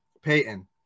Peyton